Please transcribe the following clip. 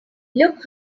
look